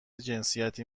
جنسیتی